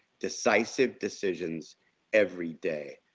decisive decisions every day.